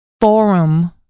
forum